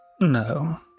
No